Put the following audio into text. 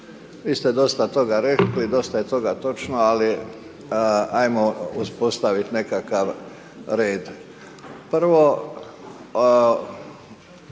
vi ste dosta toga rekli, dosta je toga točno, ali ajmo uspostavit nekakav red. Prvo,